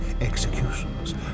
executions